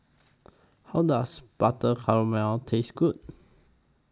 How Does Butter Calamari Taste Good